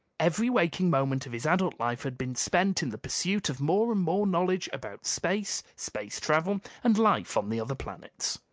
every waking moment of his adult life had been spent in the pursuit of more and more knowledge about space, space travel, and life on the other planets.